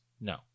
no